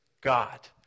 God